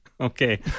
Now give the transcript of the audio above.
Okay